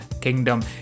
kingdom